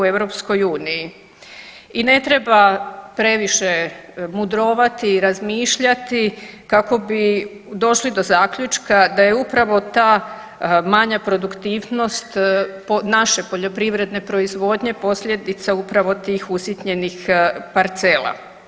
I ne treba previše mudrovati i razmišljati kako bi došli do zaključka da je upravo ta manja produktivnost naše poljoprivredne proizvodnje posljedica upravo tih usitnjenih parcela.